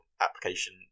application